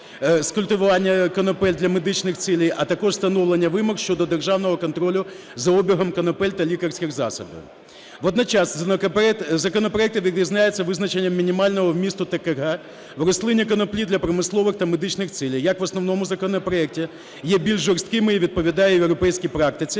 культивування конопель для медичних цілей, а також встановлення вимог щодо державного контролю за обігом конопель та лікарських засобів. Водночас законопроекти відрізняються визначенням мінімального вмісту ТГК в рослині коноплі для промислових та медичних цілей як в основному законопроекті є більш жорстким і відповідає європейській практиці,